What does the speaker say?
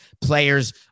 Players